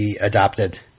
adopted